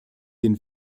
den